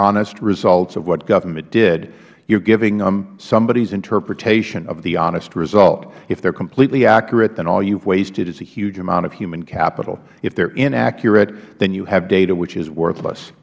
honest results of what government did you are giving them somebodys interpretation of the honest result if they are completely accurate then all you have wasted is a huge amount of human capital if they are inaccurate then you have data which is worthless